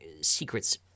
secrets